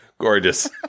Gorgeous